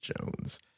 jones